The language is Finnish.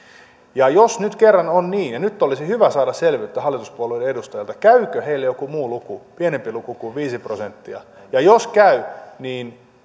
ja jos nyt kerran on niin nyt olisi hyvä saada selvyyttä hallituspuolueiden edustajilta käykö heille joku muu luku pienempi luku kuin viisi prosenttia ja jos käy niin